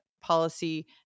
policy